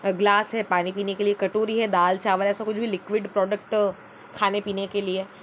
glass है पानी पीने के लिए कटोरी है दाल चावल ऐसा कुछ भी लिक्विड प्रोडक्ट खानें पीने के लिए